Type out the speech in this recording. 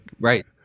Right